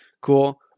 Cool